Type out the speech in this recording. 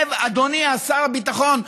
אדוני שר הביטחון,